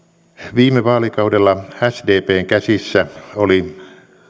viime vaalikaudella sdpn käsissä oli